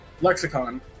lexicon